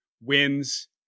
wins